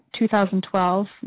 2012